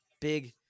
big